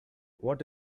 what